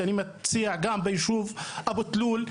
שאני מציע שתהיה ביישוב אבו תלול.